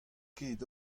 ket